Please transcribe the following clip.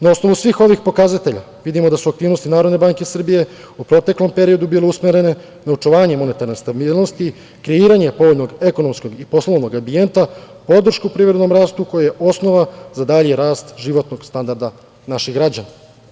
Na osnovu svih ovih pokazatelja vidimo da su aktivnosti NBS u proteklom periodu bile usmerene na očuvanje monetarne stabilnosti, kreiranje povoljnog ekonomskog i poslovnog ambijenta, podršku privrednom rastu, koji je osnova za dalji rast životnog standarda naših građana.